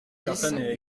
dix